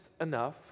enough